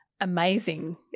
Amazing